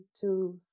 two